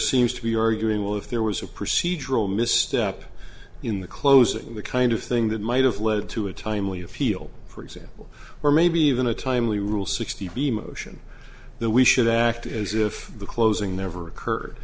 seems to be arguing well if there was a procedural misstep in the closing the kind of thing that might have led to a timely appeal for example or maybe even a timely rule sixty motion there we should act as if the closing never occurred